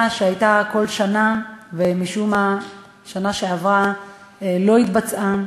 שהייתה בכל שנה ומשום מה בשנה שעברה לא התבצעה,